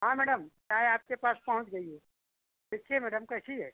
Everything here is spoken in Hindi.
हाँ मैडम चाय आपके पास पहुँच गई है देखिए मैडम कैसी है